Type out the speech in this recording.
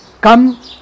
come